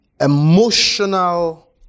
Emotional